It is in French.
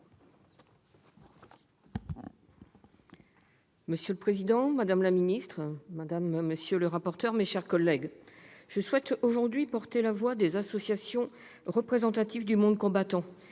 Monsieur le président, madame la secrétaire d'État, monsieur le rapporteur, mes chers collègues, je souhaite aujourd'hui porter la voix des associations représentatives du monde combattant,